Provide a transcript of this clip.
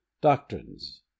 DOCTRINES